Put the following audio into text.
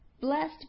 Blessed